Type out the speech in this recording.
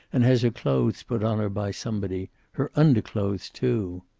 and has her clothes put on her by somebody. her underclothes, too!